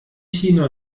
china